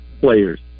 players